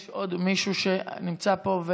יש עוד מישהו שנמצא פה?